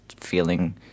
feeling